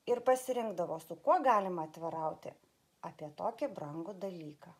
ir pasirinkdavo su kuo galima atvirauti apie tokį brangų dalyką